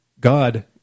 God